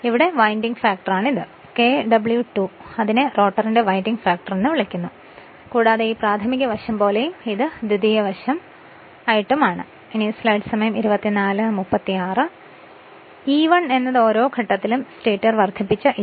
ഇത് winding factor ആണ് Kw2 നെ റോട്ടറിന്റെ വൈൻഡിംഗ് ഫാക്ടർ എന്നും വിളിക്കുന്നു കൂടാതെ ഈ പ്രാഥമിക വശം പോലെ ഇത് ദ്വിതീയ വശം പോലെയാണ് അതിനാൽ E1 സ്റ്റേറ്റർ ഓരോ ഘട്ടത്തിലും ഇ